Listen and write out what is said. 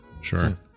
Sure